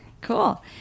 Cool